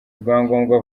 rwangombwa